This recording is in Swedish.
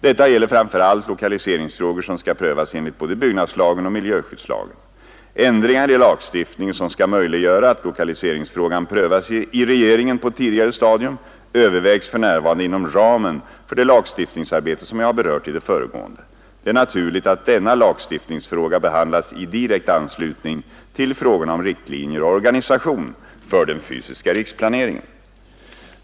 Detta gäller framför allt lokaliseringsfrågor som skall prövas enligt både byggnadslagen och miljöskyddslagen. Ändringar i lagstiftningen, som skall möjliggöra att lokaliseringsfrågan prövas i regeringen på ett tidigare stadium, övervägs för närvarande inom ramen för det lagstiftningsarbete som jag har berört i det föregående. Det är naturligt att denna lagstiftningsfråga behandlas i direkt anslutning till frågorna om riktlinjer och organisation för den fysiska riksplaneringen.